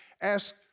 ask